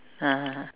(uh huh)